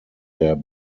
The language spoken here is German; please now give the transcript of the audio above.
der